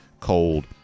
cold